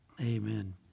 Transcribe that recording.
Amen